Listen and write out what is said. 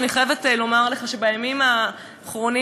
אני חייבת לומר שבימים האחרונים,